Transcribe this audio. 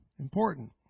Important